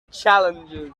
challenges